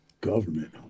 government